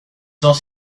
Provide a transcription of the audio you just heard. not